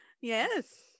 yes